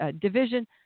division